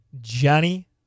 Johnny